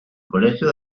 colegio